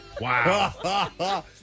Wow